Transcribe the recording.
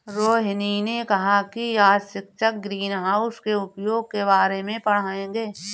रोहिनी ने कहा कि आज शिक्षक ग्रीनहाउस के उपयोग के बारे में पढ़ाएंगे